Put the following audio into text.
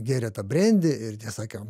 gėrė tą brendį ir sakė